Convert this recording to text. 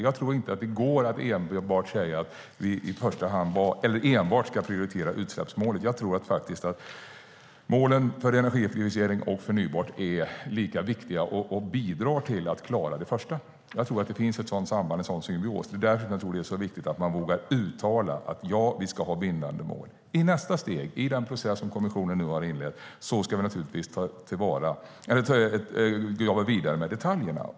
Jag tror inte att det går att säga att vi i första hand enbart ska prioritera utsläppsmålet. Jag tror faktiskt att målen för energieffektivisering och förnybart är lika viktiga och bidrar till att man klarar det första. Jag tror att det finns ett sådant samband, en sådan symbios. Det är därför som jag tror att det är viktigt att man vågar uttala att vi ska ha bindande mål. I nästa steg, i den process som kommissionen nu har inlett, ska vi naturligtvis jobba vidare med detaljerna.